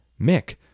Mick